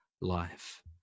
life